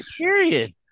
period